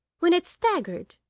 when it staggered,